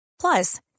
Plus